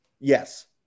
Yes